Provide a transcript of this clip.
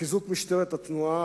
חיזוק משטרת התנועה,